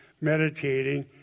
meditating